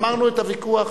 גמרנו את הוויכוח.